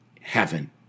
heaven